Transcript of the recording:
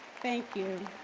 thank you.